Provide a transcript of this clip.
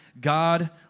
God